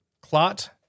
Clot